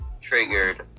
triggered